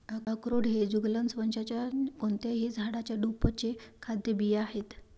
अक्रोड हे जुगलन्स वंशाच्या कोणत्याही झाडाच्या ड्रुपचे खाद्य बिया आहेत